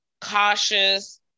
cautious